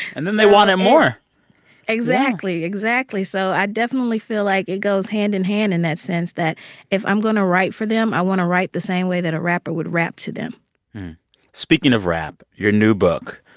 and then they want it more exactly. exactly. so i definitely feel like it goes hand in hand in that sense, that if i'm going to write for them, i want to write the same way that a rapper would rap to them speaking of rap, your new book,